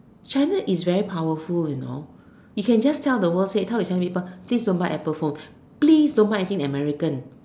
China is very powerful you know it can just tell the world said tell yourself people please don't buy apple phone please don't buy anti American